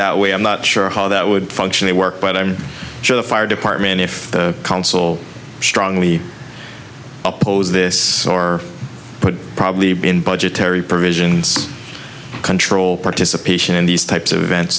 that way i'm not sure how that would functionally work but i'm sure the fire department if the council strongly oppose this or put probably been budgetary provisions control participation in these types of events